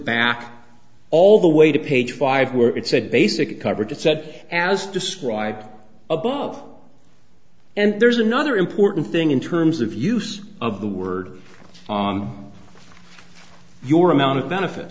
back all the way to page five where it said basic coverage it said as described above and there's another important thing in terms of use of the word your amount of benefits